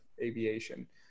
aviation